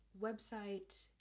website